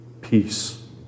peace